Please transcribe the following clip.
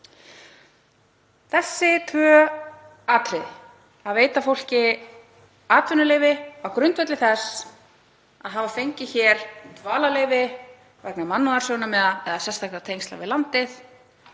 Þessi tvö atriði, að veita fólki atvinnuleyfi á grundvelli þess að hafa fengið hér dvalarleyfi vegna mannúðarsjónarmiða eða sérstakra tengsla við landið,